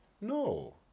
No